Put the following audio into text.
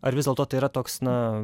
ar vis dėlto tai yra toks na